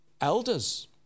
elders